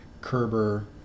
Kerber